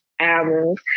albums